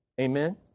Amen